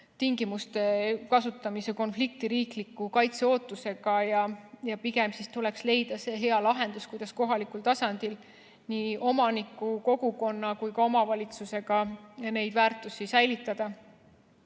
olmetingimuste kasutamise konflikti riikliku kaitse ootusega. Pigem tuleks leida hea lahendus, kuidas kohalikul tasandil nii omaniku, kogukonna kui ka omavalitsusega neid väärtusi säilitada.